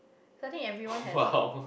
so I think everyone has a